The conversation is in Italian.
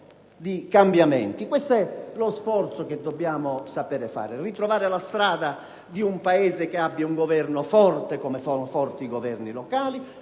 di cambiamenti? Questo è lo sforzo che dobbiamo saper fare: ritrovare la strada di un Paese che abbia un Governo forte, come sono forti i Governi locali.